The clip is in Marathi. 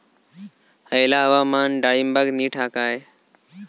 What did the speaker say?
हयला हवामान डाळींबाक नीट हा काय?